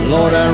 Lord